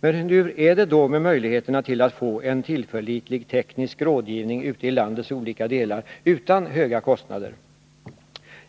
Men hur är det då med möjligheterna att få en tillförlitlig teknisk rådgivning ute i landets olika delar utan höga kostnader?